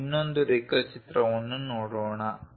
ನಾವು ಇನ್ನೊಂದು ರೇಖಾಚಿತ್ರವನ್ನು ನೋಡೋಣ